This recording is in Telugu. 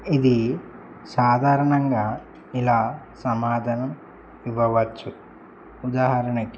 ఇది సాధారణంగా ఇలా సమాధనం ఇవ్వవచ్చు ఉదాహరణకి